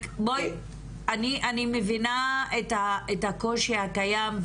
אני מבינה את הקושי הקיים,